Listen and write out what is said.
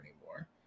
anymore